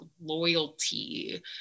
loyalty